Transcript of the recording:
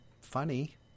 funny